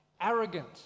arrogant